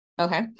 okay